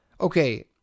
okay